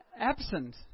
absent